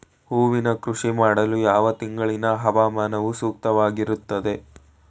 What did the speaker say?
ಹೂವಿನ ಕೃಷಿ ಮಾಡಲು ಯಾವ ತಿಂಗಳಿನ ಹವಾಮಾನವು ಸೂಕ್ತವಾಗಿರುತ್ತದೆ?